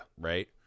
right